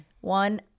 One